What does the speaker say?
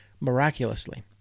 miraculously